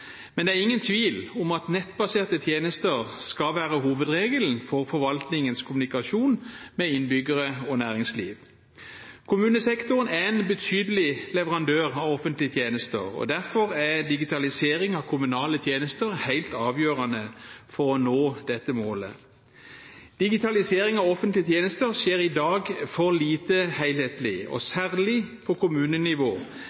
Men det er ingen tvil om at nettbaserte tjenester skal være hovedregelen for forvaltningens kommunikasjon med innbyggere og næringsliv. Kommunesektoren er en betydelig leverandør av offentlige tjenester, og derfor er digitalisering av kommunale tjenester helt avgjørende for å nå dette målet. Digitalisering av offentlige tjenester skjer i dag for lite helhetlig, og